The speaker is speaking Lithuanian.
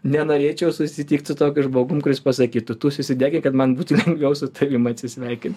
nenorėčiau susitikt su tokiu žmogum kuris pasakytų tu susidegink kad man būtų lengviau su tavim atsisveikint